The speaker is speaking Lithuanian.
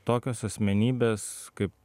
tokios asmenybės kaip